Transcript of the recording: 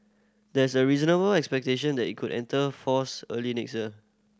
there's a reasonable expectation that it could enter force early next year